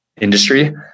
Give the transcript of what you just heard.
industry